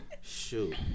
Shoot